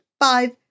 five